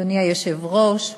אדוני היושב-ראש,